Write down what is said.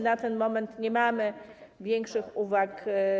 Na ten moment nie mamy większych uwag.